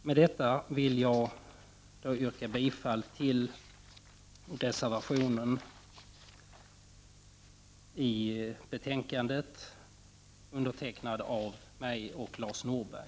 Med detta vill jag yrka bifall till den reservation fogad till betänkandet som är undertecknad av mig och Lars Norberg.